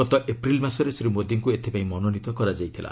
ଗତ ଏପ୍ରିଲ୍ ମାସରେ ଶ୍ରୀ ମୋଦିଙ୍କୁ ଏଥିପାଇଁ ମନୋନୀତ କରାଯାଇଥିଲା